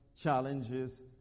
challenges